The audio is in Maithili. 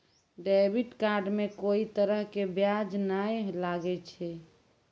डेबिट कार्ड मे कोई तरह के ब्याज नाय लागै छै